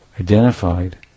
identified